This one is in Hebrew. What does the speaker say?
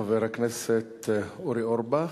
חבר הכנסת אורי אורבך.